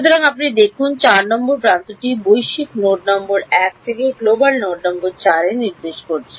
সুতরাং আপনি দেখুন 4 নম্বর প্রান্তটি বৈশ্বিক নোড নম্বর 1 থেকে গ্লোবাল নোড নম্বর '4' এ নির্দেশ করছে